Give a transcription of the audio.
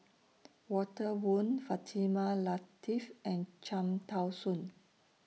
Walter Woon Fatimah Lateef and Cham Tao Soon